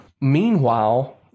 Meanwhile